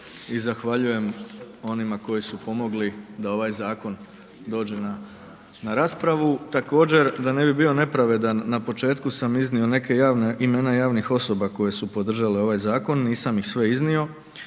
i zahvaljujem onima koji su pomogli da ovaj zakon dođe na raspravu. Također da ne bi bio nepravedan, na početku sa iznio imena javnih osoba koje su podržale ovaj zakon, nisam ih sve iznio